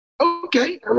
okay